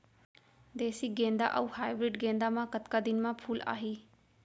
देसी गेंदा अऊ हाइब्रिड गेंदा म कतका दिन म फूल आही?